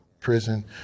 prison